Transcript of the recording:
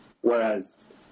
whereas